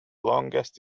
longest